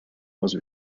was